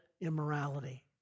immorality